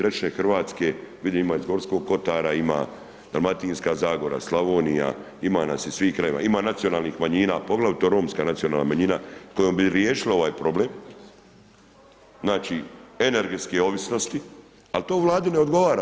3 Hrvatske, vidimo iz Gorskog kotara, ima Dalmatinska zagora, Slavonija, ima nas iz svih krajeva, ima nacionalnih manjina, poglavito romska nacionalna manjina kojom bi riješili ovaj problem, znači energetske ovisnosti ali to Vladi ne odgovara.